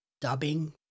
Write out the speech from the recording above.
dubbing